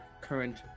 current